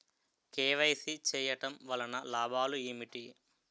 KYC చేయటం వలన లాభాలు ఏమిటి?